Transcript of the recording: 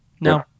No